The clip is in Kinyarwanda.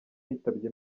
yitabye